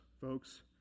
folks